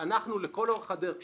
לכל אורך הדרך,